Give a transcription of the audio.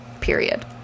Period